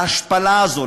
להשפלה הזאת,